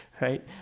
right